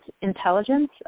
intelligence